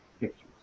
pictures